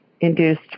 induced